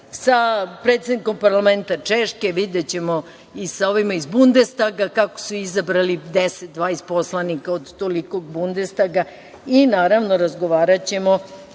sa predsednikom parlamenta Češke. Videćemo i sa ovima i Bundestaga kako su izabrali 10, 20 poslanika od tolikog Bundestaga i razgovaraćemo